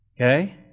Okay